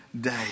day